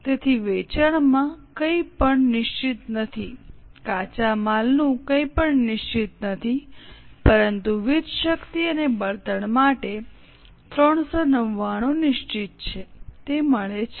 તેથી વેચાણમાં કંઈપણ નિશ્ચિત નથી કાચા માલનું કંઈપણ નિશ્ચિત નથી પરંતુ વીજ શક્તિ અને બળતણ માટે 399 નિશ્ચિત છે તે મળે છે